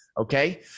Okay